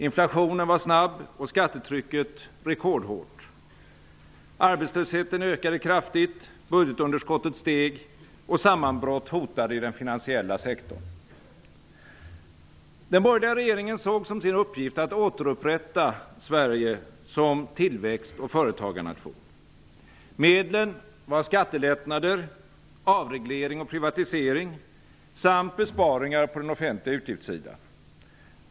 Inflationen var snabb och skattetrycket rekordhårt. Arbetslösheten ökade kraftigt, budgetunderskottet steg och sammanbrott hotade i den finansiella sektorn. Den borgerliga regeringen såg som sin uppgift att återupprätta Sverige som tillväxt och företagarnation. Medlen var skattelättnader, avreglering och privatisering samt besparingar på den offentliga utgiftssidan.